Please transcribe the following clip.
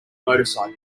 motorcycle